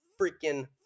freaking